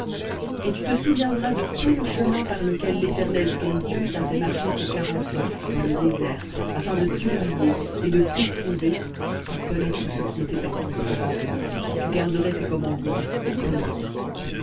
et tu te souviendras de tout le chemin par lequel l'éternel ton dieu t'a fait marcher ces quarante ans dans le désert afin de t'humilier de t'éprouver pour connaître ce qui était dans ton cœur si tu garderais ses commandements ou non